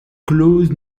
clause